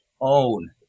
own